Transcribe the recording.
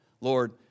Lord